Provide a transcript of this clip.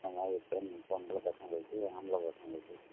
இந்த மாதிரி இப்ப பொம்பளை பசங்களுக்கு ஆம்பளை பசங்களுக்கு